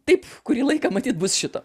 taip kurį laiką matyt bus šito